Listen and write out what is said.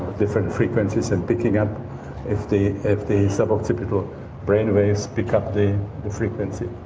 different frequency, so and picking up if the if the suboccipital brainwaves pick up the frequency.